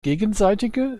gegenseitige